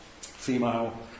female